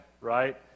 right